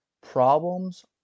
problems